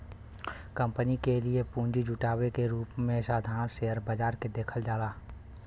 company के लिए पूंजी जुटावे के रूप में साधारण शेयर बाजार के देखल जाला